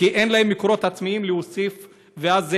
כי אין להם מקורות עצמיים להוסיף ולשפר.